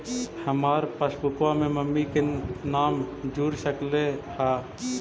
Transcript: हमार पासबुकवा में मम्मी के भी नाम जुर सकलेहा?